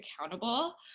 accountable